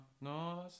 No